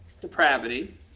depravity